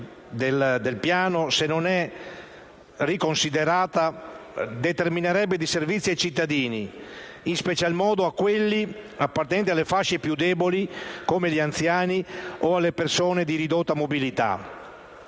contenuta nel Piano, se non verrà riconsiderata, determinerebbe disservizi ai cittadini, in special modo a quelli appartenenti alle fasce più deboli, come gli anziani o le persone con ridotta mobilità.